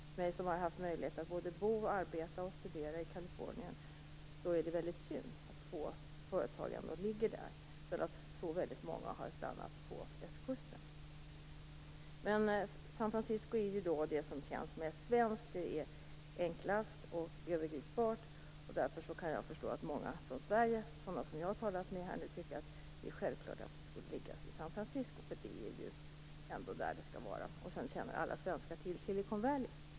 För mig som haft möjlighet att bo, arbeta och studera i Kalifornien är det väldigt synd att det är så få företag som ligger där, medan väldigt många har stannat på östkusten. San Fransisco är det som känns mest svenskt. Det är enklast och övergripbart, och jag kan därför förstå att många från Sverige tycker att det är självklart att konsulatet skall ligga i San Fransisco. Dessutom känner alla svenskar till Silicon Valley.